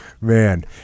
man